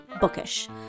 bookish